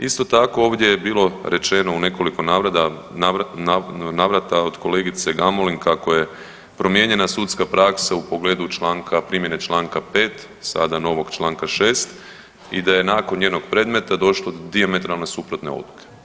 Isto tako ovdje je bilo rečeno u nekoliko navrata od kolegice Gamulin kako je promijenjena sudska praksa u pogledu članka, primjene Članka 5., sada novog Članka 6. i da je nakon njenog predmeta došlo do dijametralno suprotne odluke.